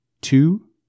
Two